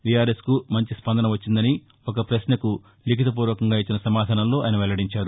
VRS కు మంచి స్పందన వచ్చిందని ఒకపశ్నకు లిఖితపూర్వకంగా ఇచ్చిన సమాధానంలో ఆయన వెల్లదించారు